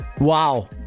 Wow